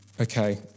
Okay